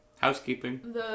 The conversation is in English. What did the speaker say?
housekeeping